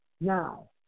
Now